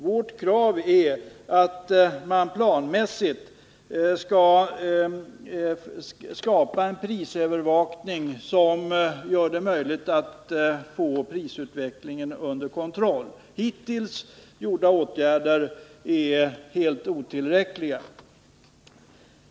Vi kräver att man planmässigt skapar en prisövervakning, som gör det möjligt att få prisutvecklingen under kontroll. Hittills vidtagna åtgärder är helt otillräckliga.